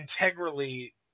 Integrally